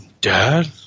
dad